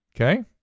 Okay